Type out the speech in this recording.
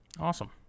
Awesome